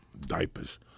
diapers